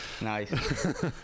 Nice